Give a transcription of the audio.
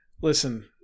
listen